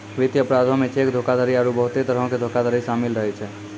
वित्तीय अपराधो मे चेक धोखाधड़ी आरु बहुते तरहो के धोखाधड़ी शामिल रहै छै